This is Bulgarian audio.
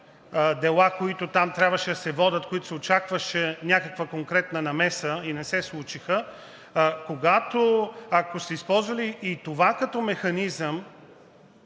дела, които там трябваше да се водят, от които се очакваше някаква конкретна намеса и не се случиха, ако са използвали и това като механизъм